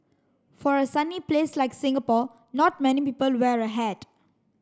for a sunny place like Singapore not many people wear a hat